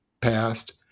passed